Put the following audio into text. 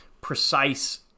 precise